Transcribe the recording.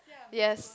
yes